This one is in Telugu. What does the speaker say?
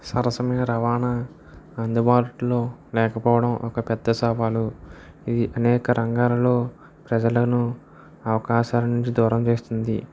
సరసమైన రవాణా అందుబాటులో లేకపోవటం ఒక పెద్ద సవాలు ఇది అనేక రంగాలలో ప్రజలను అవకాశాల నుంచి దూరం చేస్తుంది